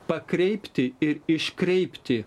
pakreipti ir iškreipti